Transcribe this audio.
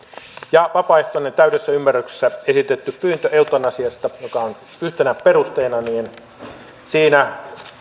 ja vapaaehtoinen täydessä ymmärryksessä esitetty pyyntö eutanasiasta joka on yhtenä perusteena siinä